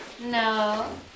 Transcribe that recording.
No